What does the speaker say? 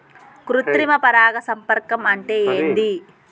కృత్రిమ పరాగ సంపర్కం అంటే ఏంది?